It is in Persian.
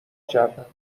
کردم